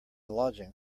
lodging